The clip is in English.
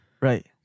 right